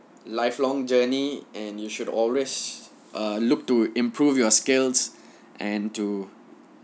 lifelong journey and you should always uh look to improve your skills and to